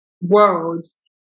worlds